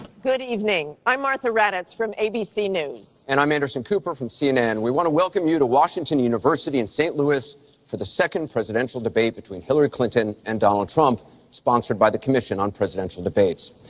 good evening. i'm martha raddatz from abc news. cooper and i'm anderson cooper from cnn, we want to welcome you to washington university in st. louis for the second presidential debate between hillary clinton and donald trump sponsored by the commission on presidential debates.